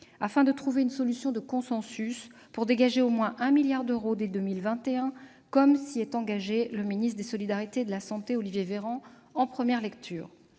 soit trouvée une solution de consensus pour dégager au moins 1 milliard d'euros dès 2021, comme s'y est engagé le ministre des solidarités et de la santé, Olivier Véran, en première lecture.